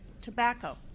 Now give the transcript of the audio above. tobacco